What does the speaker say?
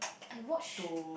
I watch